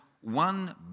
one